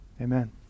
amen